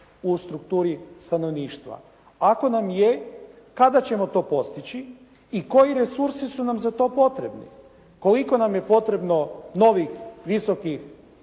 u strukturi stanovništva. Ako nam je kada ćemo to postići i koji resursi su nam za to potrebni? Koliko nam je potrebno novih visokih